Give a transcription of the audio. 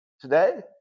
Today